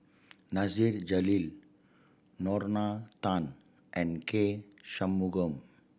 Nasir Jalil Lorna Tan and K Shanmugam